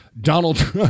Donald